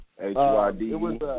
H-Y-D